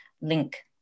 link